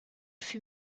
fut